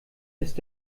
ist